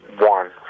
one